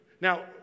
Now